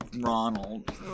Ronald